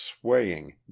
swaying